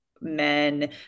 men